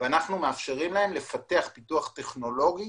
ואנחנו מאפשרים להם לפתח פיתוח טכנולוגי